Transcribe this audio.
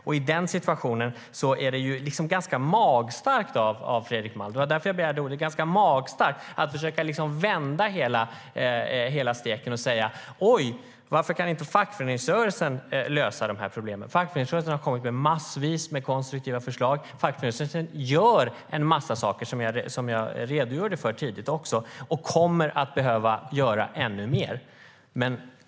I den situationen är det ganska magstarkt av Fredrik Malm - det var därför som jag begärde ordet - att försöka vända på steken och fråga: Varför kan inte fackföreningsrörelsen lösa problemen? Fackföreningsrörelsen har kommit med massvis av konstruktiva förslag. Den gör en massa saker, som jag redogjorde för tidigare, och den kommer att behöva göra ännu mer.